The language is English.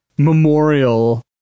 memorial